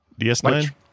DS9